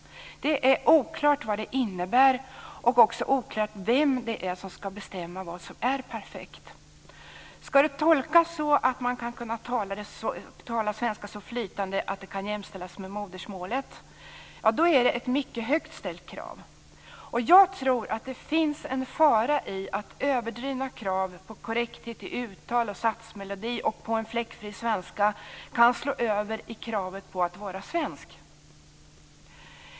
Det är oklart vad detta innebär, och det är oklart vem som ska bestämma vad som är perfekt. Ska detta tolkas så att man ska kunna tala svenska så flytande att det kan jämställas med modersmålet så är det ett mycket högt ställt krav. Jag tror att det finns en fara i att överdrivna krav på korrekthet i uttal och satsmelodi och på en fläckfri svenska kan slå över i kravet på att vara svensk.